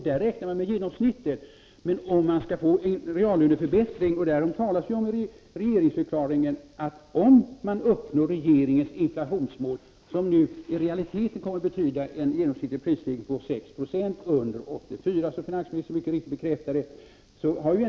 Där räknar man med genomsnittet. Det talas ju om en reallöneförbättring i tegeringsdeklarationen, om man uppnår regeringens inflationsmål, som nu i realiteten kommer att betyda en genomsnittlig prisstegring på 6 70 under 1984, som finansministern mycket riktigt bekräftade.